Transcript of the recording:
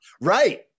Right